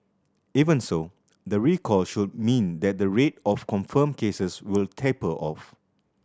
even so the recall should mean that the rate of confirmed cases will taper off